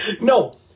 No